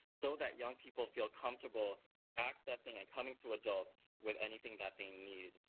so that young people feel comfortable accessing and coming to adults with anything that they need.